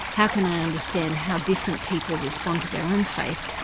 how can i understand how different people respond to their own faith,